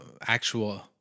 actual